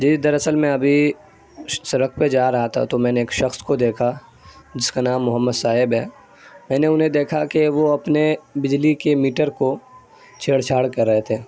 جی در اصل میں ابھی سڑک پہ جا رہا تھا تو میں نے ایک شخص کو دیکھا جس کا نام محمد صاحب ہے میں نے انہیں دیکھا کہ وہ اپنے بجلی کے میٹر کو چھیڑ چھاڑ کر رہے تھے